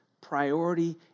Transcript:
Priority